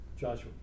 Joshua